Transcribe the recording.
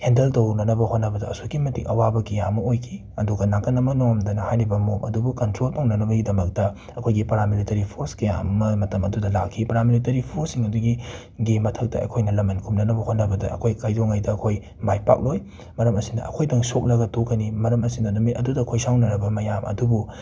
handle ꯇꯧꯅꯅꯕ ꯍꯣꯠꯅꯕꯗ ꯑꯁꯨꯛꯀꯤ ꯃꯇꯤꯛ ꯑꯋꯥꯕ ꯀꯌꯥ ꯑꯃ ꯑꯣꯏꯈꯤ ꯑꯗꯨꯒ ꯅꯥꯀꯟ ꯑꯃꯔꯣꯝꯗꯅ ꯍꯥꯏꯔꯤꯕ ꯃꯣꯞ ꯑꯗꯨꯕꯨ ꯀꯟꯇ꯭ꯔꯣꯜ ꯇꯧꯅꯅꯕꯒꯤꯗꯃꯛꯇ ꯑꯩꯈꯣꯏꯒꯤ ꯄꯔꯥꯃꯤꯂꯤꯇꯥꯔꯤ ꯐꯣꯔꯁ ꯀꯌꯥ ꯑꯃ ꯃꯇꯝ ꯑꯗꯨꯗ ꯂꯥꯛꯈꯤ ꯄꯔꯥꯃꯤꯂꯤꯇꯔꯤ ꯐꯣꯔꯁꯁꯤꯡ ꯑꯗꯨꯒꯤ ꯒꯤ ꯃꯊꯛꯇ ꯑꯩꯈꯣꯏꯅ ꯂꯃꯟ ꯈꯨꯝꯅꯅꯕ ꯍꯣꯠꯅꯕꯗ ꯑꯩꯈꯣꯏ ꯀꯩꯗꯧꯉꯩꯗ ꯑꯩꯈꯣꯏ ꯃꯥꯏ ꯄꯥꯛꯂꯣꯏ ꯃꯔꯝ ꯑꯁꯤꯅ ꯑꯩꯈꯣꯏꯗꯪ ꯁꯣꯛꯂꯒ ꯇꯣꯛꯀꯅꯤ ꯃꯔꯝ ꯑꯁꯤꯅ ꯅꯨꯃꯤꯠ ꯑꯗꯨꯗ ꯈꯣꯏꯁꯥꯎꯅꯔꯕ ꯃꯌꯥꯝ ꯑꯗꯨꯕꯨ